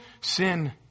sin